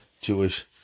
Jewish